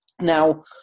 Now